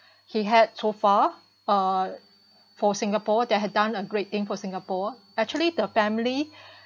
he had so far uh for singapore that had done a great thing singapore actually the family